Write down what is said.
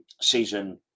season